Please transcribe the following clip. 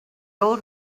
old